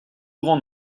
grand